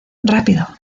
rápido